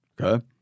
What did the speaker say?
Okay